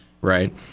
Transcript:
right